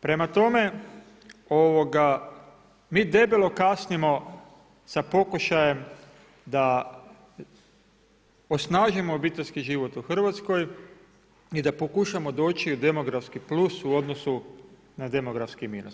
Prema tome, mi debelo kasnimo sa pokušajem da osnažimo obiteljski život u Hrvatskoj i da pokušamo doći u demografski plus u odnosu na demografski minus.